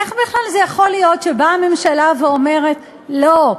איך בכלל זה יכול להיות שבאה ממשלה ואומרת: לא,